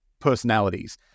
personalities